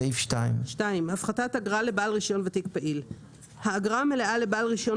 סעיף 2. "הפחתת אגרה לבעל רישיון ותיק פעיל 2. האגרה המלאה לבעל רישיון